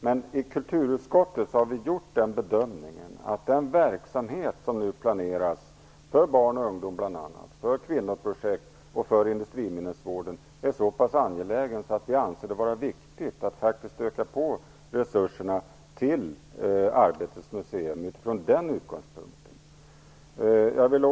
Men i kulturutskottet har vi gjort den bedömningen att den verksamhet som nu planeras för bl.a. barn och ungdom, kvinnoprojekt och industriminnesvård är så pass angelägen att vi anser det vara viktigt att öka resurserna för Arbetets museum från den utgångspunkten.